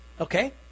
Okay